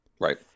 Right